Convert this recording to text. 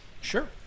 sure